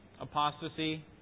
Apostasy